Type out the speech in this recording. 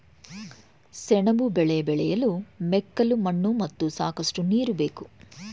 ಸೆಣಬು ಬೆಳೆ ಬೆಳೆಯಲು ಮೆಕ್ಕಲು ಮಣ್ಣು ಮತ್ತು ಸಾಕಷ್ಟು ನೀರು ಬೇಕು